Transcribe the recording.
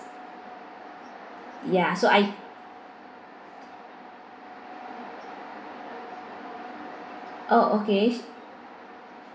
ya so I oh okay